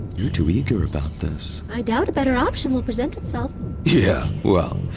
you're too eager about this i doubt a better option will present itself yeah, well,